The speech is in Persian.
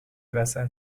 وسط